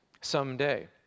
someday